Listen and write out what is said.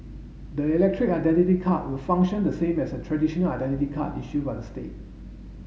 the electronic identity card will function the same as a traditional identity card issued by the state